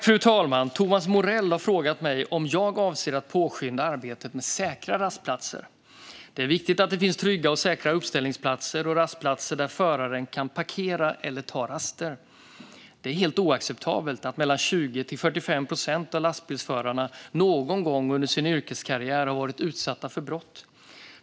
Fru talman! Thomas Morell har frågat mig om jag avser att påskynda arbetet med säkra rastplatser. Det är viktigt att det finns trygga och säkra uppställningsplatser och rastplatser där föraren kan parkera eller ta raster. Det är helt oacceptabelt att 20-45 procent av lastbilsförarna någon gång under sin yrkeskarriär har varit utsatta för brott.